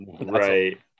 right